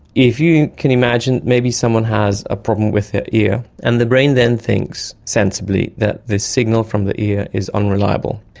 if you can imagine maybe someone has a problem with their ear and the brain then thinks, sensibly, that this signal from the ear is unreliable.